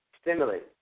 stimulate